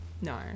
No